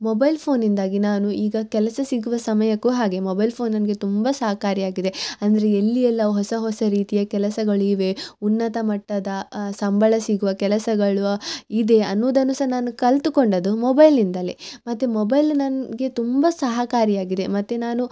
mobile ಫೋನ್ನಿಂದಾಗಿ ನಾನು ಈಗ ಕೆಲಸ ಸಿಗುವ ಸಮಯಕ್ಕು ಹಾಗೆ ಮೊಬೈಲ್ ಫೋನ್ ನನಗೆ ತುಂಬ ಸಹಕಾರಿಯಾಗಿದೆ ಅಂದರೆ ಎಲ್ಲಿ ಎಲ್ಲ ಹೊಸ ಹೊಸ ರೀತಿಯ ಕೆಲಸಗಳಿವೆ ಉನ್ನತ ಮಟ್ಟದ ಸಂಬಳ ಸಿಗುವ ಕೆಲಸಗಳು ಇದೆ ಅನ್ನೋದನ್ನು ಸಹ ನಾನು ಕಲಿತುಕೊಂಡದ್ದು ಮೊಬೈಲ್ನಿಂದಲೇ ಮತ್ತು ಮೊಬೈಲ್ ನನಗೆ ತುಂಬ ಸಹಕಾರಿಯಾಗಿದೆ ಮತ್ತು ನಾನು